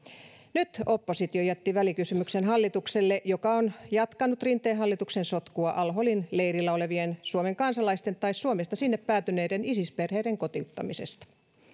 nyt oppositio jätti välikysymyksen hallitukselle joka on jatkanut rinteen hallituksen sotkua al holin leirillä olevien suomen kansalaisten tai suomesta sinne päätyneiden isis perheiden kotiuttamisesta